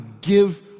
give